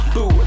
Boo